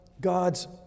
God's